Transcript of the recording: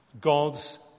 God's